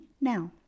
Now